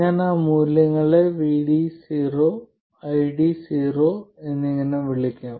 ഞാൻ ആ മൂല്യങ്ങളെ VD0 ID0 എന്നിങ്ങനെ വിളിക്കാം